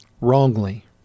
wrongly